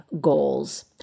goals